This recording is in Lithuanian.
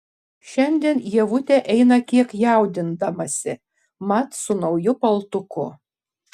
šiandien ievutė eina kiek jaudindamasi mat su nauju paltuku